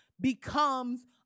becomes